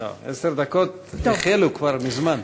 לא, עשר דקות החלו כבר מזמן.